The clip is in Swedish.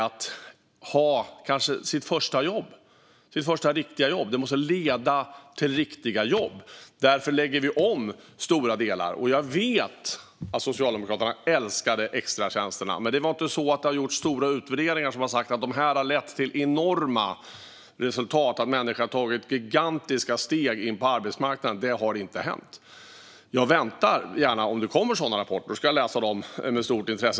Det är kanske det första jobbet, det första riktiga jobbet. Detta måste leda till riktiga jobb. Därför lägger vi om stora delar. Jag vet att Socialdemokraterna älskade extratjänsterna, men det har inte gjorts stora utvärderingar som har visat att de har lett till enorma resultat, till att människor har tagit gigantiska steg in på arbetsmarknaden. Det har inte hänt. Jag väntar gärna på en sådan rapport. Om det kommer sådana rapporter ska jag läsa dem med stort intresse.